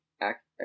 act